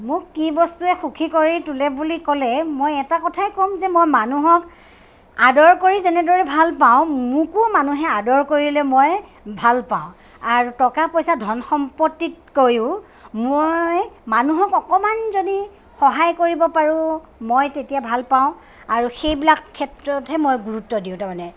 মোক কি বস্তুৱে সুখী কৰি তোলে বুলি ক'লে মই এটা কথাই কম যে মই মানুহক আদৰ কৰি যেনেদৰে ভালপাওঁ মোকো মানুহে আদৰ কৰিলে মই ভালপাওঁ আৰু টকা পইচা ধন সম্পত্তিতকৈও মই মানুহক অকণমান যদি সহায় কৰিব পাৰোঁ মই তেতিয়া ভালপাওঁ আৰু সেইবিলাক ক্ষেত্ৰতহে গুৰুত্ব দিওঁ তাৰমানে